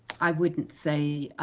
i wouldn't say,